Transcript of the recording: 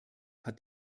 hat